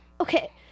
Okay